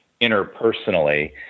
interpersonally